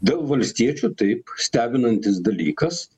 dėl valstiečių taip stebinantis dalykas